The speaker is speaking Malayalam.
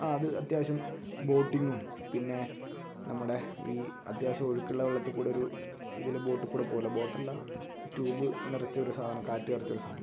അത് അത്യാവശ്യം ബോട്ടിങ്ങും പിന്നെ നമ്മുടെ ഈ അത്യാവശ്യം ഒഴുക്കുള്ള വെള്ളത്തിൽ കൂടെ ഒരു ഇതിൽ ബോട്ടിൽ കൂടെ പോകുമല്ലോ ബോട്ട് അല്ല ട്യൂബ് നിറച്ച ഒരു സാധനം കാറ്റ് നിറച്ച ഒരു സാധനം